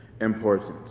important